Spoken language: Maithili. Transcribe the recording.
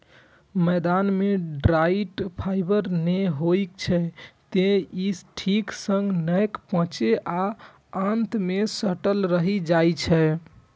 मैदा मे डाइट्री फाइबर नै होइ छै, तें ई ठीक सं नै पचै छै आ आंत मे सटल रहि जाइ छै